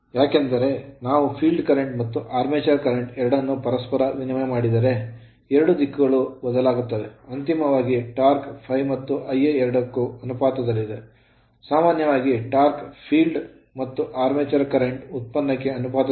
ಏಕೆಂದರೆ ನಾವು field current ಕ್ಷೇತ್ರ ಕರೆಂಟ್ ಮತ್ತು armature current ಆರ್ಮೇಚರ್ ಕರೆಂಟ್ ಎರಡನ್ನೂ ಪರಸ್ಪರ ವಿನಿಮಯ ಮಾಡಿದರೆ ಎರಡೂ ದಿಕ್ಕುಗಳು ಬದಲಾಗುತ್ತವೆ ಅಂತಿಮವಾಗಿ torque ಟಾರ್ಕ್ ∅ ಮತ್ತು Ia ಎರಡಕ್ಕೂ ಅನುಪಾತದಲ್ಲಿದೆ ಸಾಮಾನ್ಯವಾಗಿ torque ಟಾರ್ಕ್ field ಕ್ಷೇತ್ರ ಕರೆಂಟ್ ಮತ್ತು armature current ಆರ್ಮೇಚರ್ ಕರೆಂಟ್ ಉತ್ಪನ್ನಕ್ಕೆ ಅನುಪಾತದಲ್ಲಿದೆ